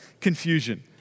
confusion